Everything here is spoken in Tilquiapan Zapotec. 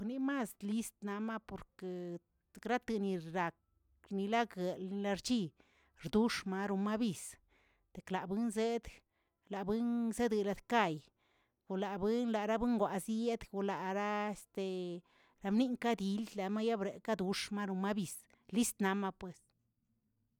Este zkakzan naꞌ zx̱oxbekwzə zkanak bekwꞌnaꞌ naꞌ llit naꞌ ̱x̱ox̱amaꞌ porque talee este talemacheromaryo mankoladalen talexchiniomatamien yarak begakə macheribik dii makokꞌ.